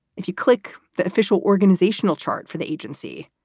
if you click the official organizational chart for the agency,